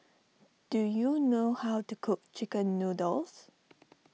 do you know how to cook Chicken Noodles